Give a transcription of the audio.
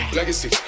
Legacy